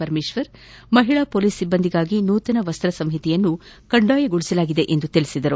ಪರಮೇಶ್ವರ್ ಮಹಿಳಾ ಮೋಲಿಸ್ ಸಿಬ್ಬಂದಿಗಾಗಿ ನೂತನ ವಸ್ತ ಸಂಹಿತೆಯನ್ನು ಕಡ್ಡಾಯಗೊಳಿಸಲಾಗಿದೆ ಎಂದು ತಿಳಿಸಿದರು